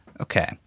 okay